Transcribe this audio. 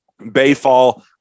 Bayfall